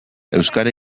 euskara